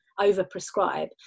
over-prescribe